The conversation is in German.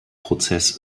prozess